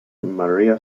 maria